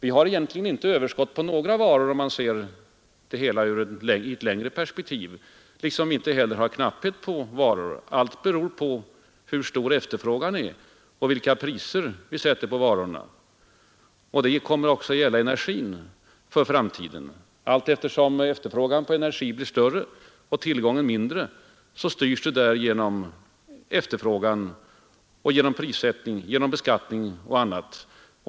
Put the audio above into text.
Vi har egentligen inte överskott på några varor, om man ser i ett längre perspektiv, liksom vi inte heller har knapphet på varor. Allt beror på hur stor efterfrågan är och vilka priser vi sätter på varorna. Det kommer också att gälla energin för framtiden. Allteftersom efterfrågan på energi blir större och tillgången mindre så styrs marknaden genom efterfrågan, prissättning, beskattning och annat.